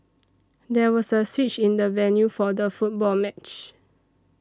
there was a switch in the venue for the football match